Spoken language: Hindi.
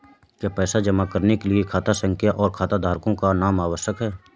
क्या पैसा जमा करने के लिए खाता संख्या और खाताधारकों का नाम आवश्यक है?